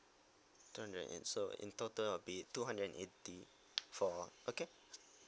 two hundred eight and so in total will be two hundred eighty for okay